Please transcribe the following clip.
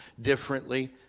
differently